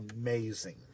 amazing